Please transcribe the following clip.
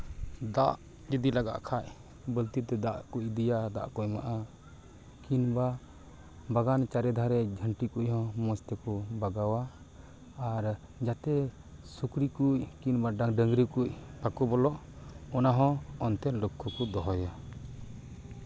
ᱫᱟᱜ ᱡᱩᱫᱤ ᱞᱟᱜᱟᱜ ᱠᱷᱟᱱ ᱵᱟᱹᱞᱛᱤ ᱛᱮ ᱫᱟᱜ ᱠᱚ ᱤᱫᱤᱭᱟ ᱫᱟᱜ ᱠᱚ ᱮᱢᱟᱜᱼᱟ ᱠᱤᱢᱵᱟ ᱵᱟᱜᱟᱱ ᱪᱟᱨᱮ ᱫᱷᱟᱨᱮ ᱡᱷᱟᱹᱱᱴᱤ ᱠᱚᱦᱚᱸ ᱢᱚᱡᱽ ᱛᱮᱠᱚ ᱵᱟᱜᱟᱣᱟ ᱟᱨ ᱡᱟᱛᱮ ᱥᱩᱠᱨᱤ ᱠᱚ ᱠᱤᱢᱵᱟ ᱰᱟᱹᱝᱨᱤ ᱠᱚ ᱵᱟᱠᱚ ᱵᱚᱞᱚᱜ ᱚᱱᱟ ᱦᱚᱸ ᱚᱱᱛᱮ ᱞᱚᱠᱠᱷᱚ ᱠᱚ ᱫᱚᱦᱚᱭᱟ